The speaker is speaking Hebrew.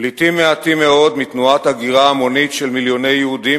פליטים מעטים מאוד מתנועת הגירה המונית של מיליוני יהודים,